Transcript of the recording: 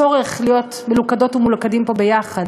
צורך גדול להיות מלוכדות ומלוכדים פה יחד,